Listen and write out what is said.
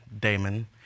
Damon